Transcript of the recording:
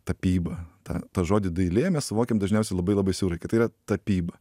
tapyba tą žodį dailė mes suvokiam dažniausiai labai labai siaurai kad tai yra tapyba